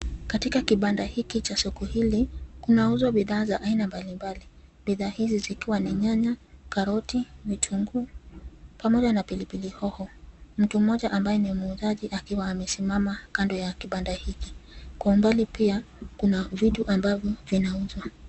Katika kibanda hiki cha soko hili, kunauzwa bidhaa za ina mbalimbali. Bidhaa hizi zikiwa ni nyanya, karoti, vitunguu pamoja na pilipili hoho. Mtu mmoja ambaye ni muuzaji akiwa amesimama kando ya kibanda hiki. Kwa umbali pia kuna vitu ambavyo vinauzwa.